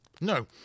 No